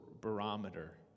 barometer